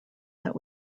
that